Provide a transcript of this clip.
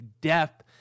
depth